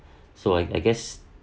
so I I guess